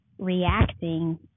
reacting